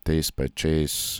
tais pačiais